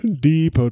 deep